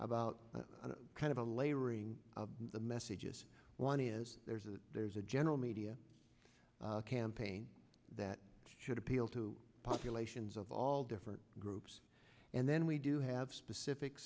about kind of a layering of the messages one is there's a there's a general media campaign that should appeal to populations of all different groups and then we do have specific